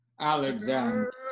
Alexander